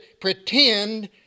pretend